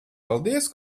paldies